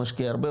משקיע הרבה,